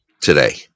today